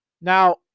Now